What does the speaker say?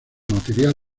material